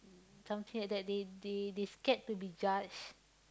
some fear that they they they scared to be judged